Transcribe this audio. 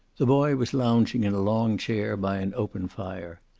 the boy was lounging in a long chair by an open fire.